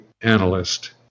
analyst